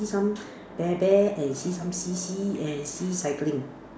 see some bear bear and see some see see and see cycling